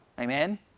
Amen